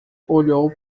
olhou